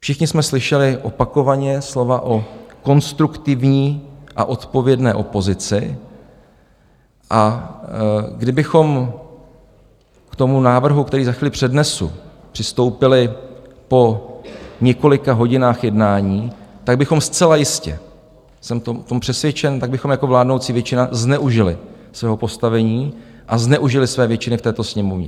Všichni jsme slyšeli opakovaně slova o konstruktivní a odpovědné opozici, a kdybychom k tomu návrhu, který za chvíli přednesu, přistoupili po několika hodinách jednání, tak bychom zcela jistě, jsem o tom přesvědčen, jako vládnoucí většina zneužili svého postavení a zneužili své většiny v této Sněmovně.